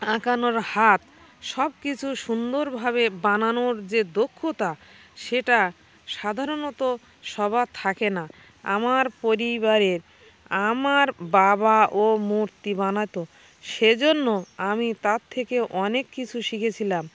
আঁকানোর হাত সব কিছু সুন্দরভাবে বানানোর যে দক্ষতা সেটা সাধারণত সবার থাকে না আমার পরিবারের আমার বাবাও মূর্তি বানাতো সে জন্য আমি তার থেকে অনেক কিছু শিখেছিলাম